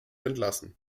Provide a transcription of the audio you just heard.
entlassen